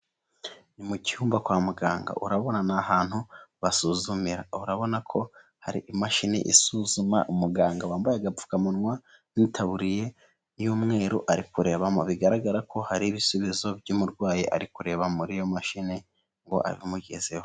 Ni mu cyumba kwa muganga urabona ni ahantu basuzumira. Urabona ko hari imashini isuzuma, umuganga wambaye agapfukamunwa n'itabuya y'umweru ari kurebamo. Bigaragara ko hari ibisubizo by'umurwayi ari kureba muri iyo mashini ngo abimugezeho.